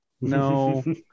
no